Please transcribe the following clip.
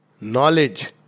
Knowledge